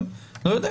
לא יודע.